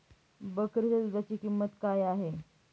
बकरीच्या दूधाची किंमत काय आहे?